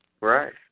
right